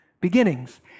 beginnings